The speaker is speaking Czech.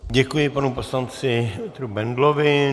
Děkuji panu poslanci Bendlovi.